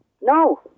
No